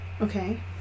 Okay